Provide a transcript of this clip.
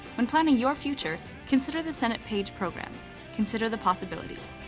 when planning your future consider the senate page program consider the possibilities.